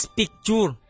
picture